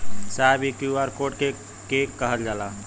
साहब इ QR code के के कहल जाला?